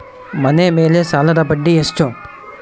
ಮನೆ ಮೇಲೆ ಸಾಲದ ಬಡ್ಡಿ ಎಷ್ಟು?